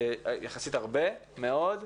יחסית הרבה מאוד,